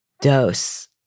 Dose